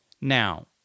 Now